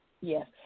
Yes